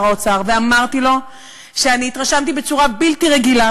האוצר ואני אמרתי לו שאני התרשמתי בצורה בלתי רגילה,